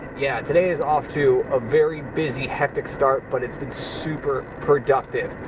yeah, today is off to a very busy, hectic start, but it's been super productive.